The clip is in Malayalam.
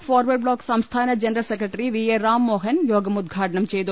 ഫോർവേഡ് ബ്ലോക്ക് സംസ്ഥാന general secretary V A Ram Mohan യോഗം ഉദ്ഘാടനം ചെയ്തു